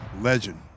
legend